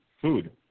food